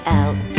out